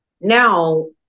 Now